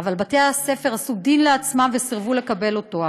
אבל בתי-הספר עשו דין לעצמם וסירבו לקבל אותו.